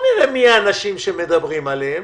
האנשים שמדברים עליהם,